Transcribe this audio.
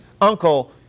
Uncle